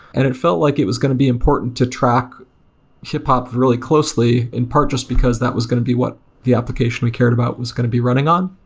and it felt like it was going to be important to track hiphop really closely in part jus t because that was going to be what the application we cared about was going to be running on.